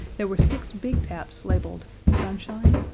there were six big taps labeled sunshine,